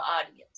audience